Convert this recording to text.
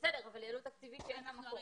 בסדר, אבל עלות תקציבית שאין לה מקור.